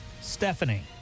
Stephanie